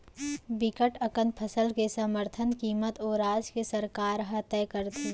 बिकट अकन फसल के समरथन कीमत ओ राज के सरकार ह तय करथे